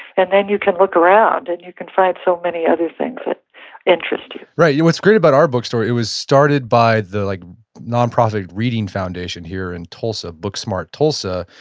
and then you can look around and you can find so many other things that interest you right. what's great about our bookstore, it was started by the like nonprofit reading foundation here in tulsa, book smart tulsa,